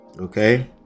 okay